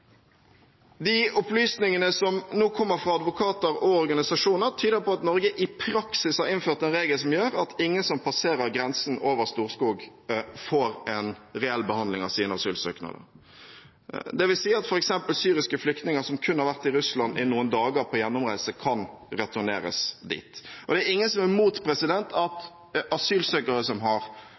De opplysningene som nå kommer fra advokater og organisasjoner, tyder på at Norge i praksis har innført en regel som gjør at ingen som passerer grensen over Storskog, får en reell behandling av sine asylsøknader. Det vil si at f.eks. syriske flyktninger som kun har vært i Russland i noen dager på gjennomreise, kan returneres dit. Det er ingen som er imot at asylsøkere som har